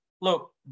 look